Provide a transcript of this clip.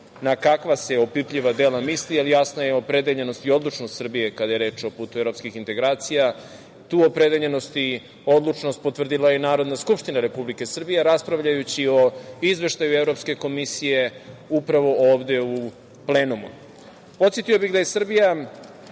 na kakva se opipljiva dela misli, ali jasna je opredeljenost i odlučnost Srbije kada je reč o putu evropskih integracija. Tu opredeljenost i odlučnost potvrdila je i Narodna skupština Republike Srbije raspravljajući o izveštaju Evropske komisije upravo ovde u plenumu. Podsetio bih da je Srbija